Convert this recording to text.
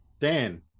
Dan